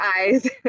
eyes